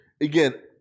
Again